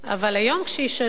אבל היום כשישאלו,